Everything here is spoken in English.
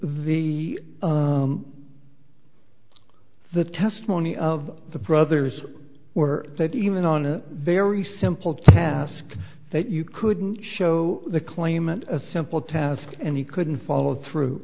the the testimony of the brothers were that even on a very simple task that you couldn't show the claimant a simple task and he couldn't follow through